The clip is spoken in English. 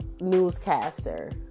newscaster